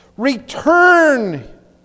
Return